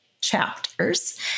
chapters